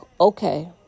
Okay